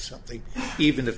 something even the